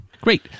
Great